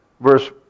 verse